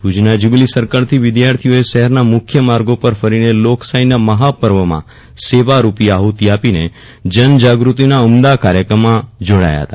ભુજના jubilee circle થી વિદ્યાર્થીઓએ શફેરના મુખ્ય માર્ગો પર ફરીને લોકશાફીના મફાપર્વમાં સેવારૂપી આફતિ આપીને જનજાગૃતિના ઉમદા કાર્યમાં જોડાયા ફતા